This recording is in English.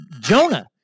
Jonah